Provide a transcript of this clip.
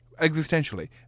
Existentially